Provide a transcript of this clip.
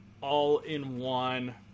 all-in-one